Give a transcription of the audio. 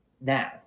now